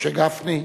משה גפני.